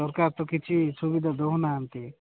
ସରକାର ତ କିଛି ସୁବିଧା ଦେଉନାହାନ୍ତି